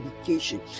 education